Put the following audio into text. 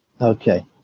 Okay